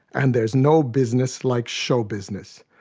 and there's no business like show business,